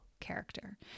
Character